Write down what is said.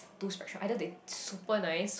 too special either they super nice